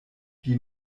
die